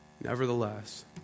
nevertheless